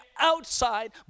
outside